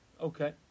Okay